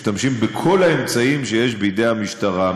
משתמשים בכל האמצעים שיש בידי המשטרה,